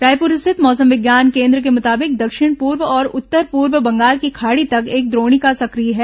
रायपुर स्थित मौसम विज्ञान केन्द्र के मुताबिक दक्षिण पूर्व और उत्तर पूर्व बंगाल की खाड़ी तक एक द्रोणिका सक्रिय है